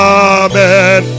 amen